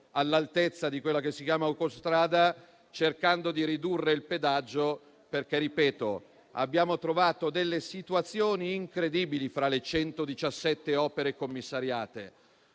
all'altezza di quella che si chiama autostrada, cercando di ridurre il pedaggio. Ripeto, abbiamo trovato delle situazioni incredibili fra le 117 opere commissariate.